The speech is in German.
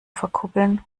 verkuppeln